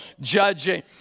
judging